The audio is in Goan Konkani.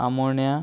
आमोण्या